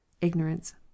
ignorance